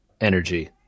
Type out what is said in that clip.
energy